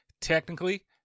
technically